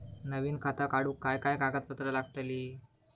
नवीन खाता काढूक काय काय कागदपत्रा लागतली?